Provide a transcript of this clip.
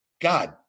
God